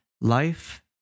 life